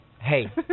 hey